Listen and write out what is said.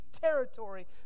territory